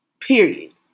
Period